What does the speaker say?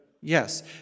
Yes